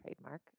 trademark